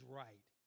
right